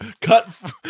Cut